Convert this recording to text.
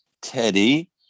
Teddy